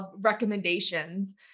recommendations